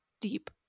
deep